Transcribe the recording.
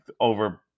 over